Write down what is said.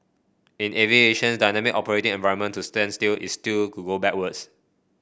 in aviation's dynamic operating environment to stand still is to go backwards